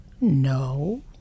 No